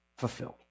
fulfilled